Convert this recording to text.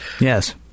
Yes